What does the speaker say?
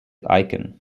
aiken